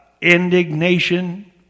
indignation